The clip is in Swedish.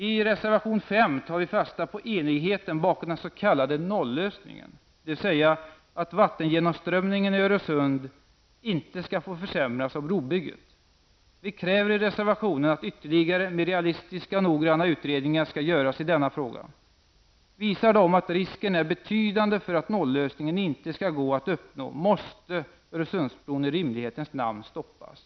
I reservation 5 tar vi fasta på enigheten bakom den s.k. nollösningen, dvs. att vattengenomströmningen i Öresund inte skall få försämras av brobygget. Vi kräver i reservationen att ytterligare, mer realistiska och noggranna utredningar skall göras i denna fråga. Visar de att risken är betydande för att nollösningen inte skall gå att uppnå måste Öresundsbron i rimlighetens namn stoppas.